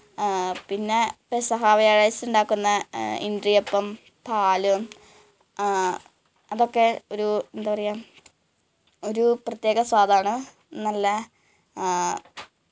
പിന്നെ പെസഹ വ്യാഴാഴ്ച്ച ഉണ്ടാക്കുന്ന ഇഡിയപ്പം പാൽ അതൊക്കെ ഒരു എന്താണ് പറയുക ഒരൂ പ്രത്യേക സ്വാദാണ് നല്ല